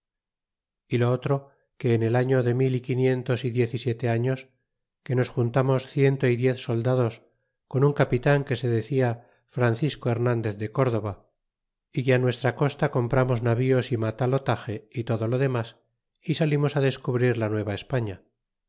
y lo otro que en el año de mil y quinientos y diez y siete años que nos juntamos ciento y diez soldados con un capitan que se decía francisco ilernandez de córdova é que á nuestra costa compramos navíos y matalotage y todo lo demas y salimos á descubrir la